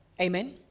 Amen